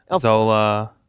Zola